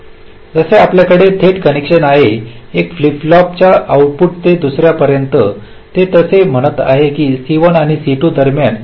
जसे आपल्याकडे थेट कनेक्शन आहे एका फ्लिप फ्लॉपच्या आउटपुटपासून ते दुसर्यापर्यंत ते असे म्हणत आहे की C1 आणि C2 दरम्यान किती स्केव सहन केले जाऊ शकते